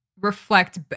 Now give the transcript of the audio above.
reflect